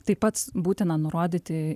tai pats būtina nurodyti